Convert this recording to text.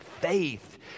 faith